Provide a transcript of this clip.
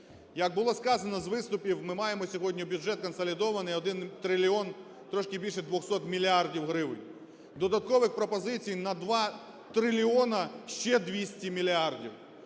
Як було сказано з виступів, ми маємо сьогодні бюджет консолідований 1 трильйон трошки більше 200 мільярдів гривень. Додаткових пропозицій на 2 трильйона ще 200 мільярдів.